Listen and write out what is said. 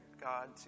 God